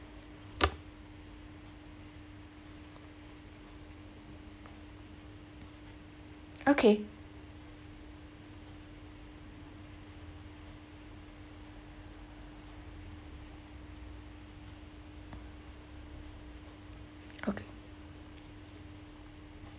okay okay